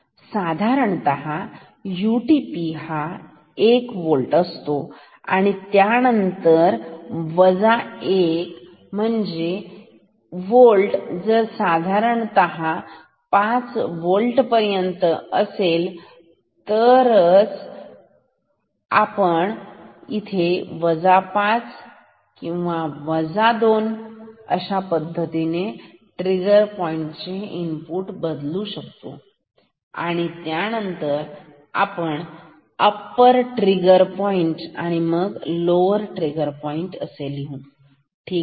साधारणतः यूटीपी हा 1 होल्ट असतो तसेच त्यानंतर आहे 1 वजा एक होल्ट जर साधारणतः पाच होल्ट असेल तर हा असेल 5 वजा 5 होल्ट अशा प्रमाणे खालील ट्रिगर पॉईंट आणि इनपुट बदलत राहील तर यानंतर अप्पर ट्रिगर पॉईंट आणि मग लोअर ट्रिगर पॉईंट ठीक आहे